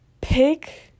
pick